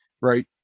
right